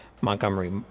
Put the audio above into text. montgomery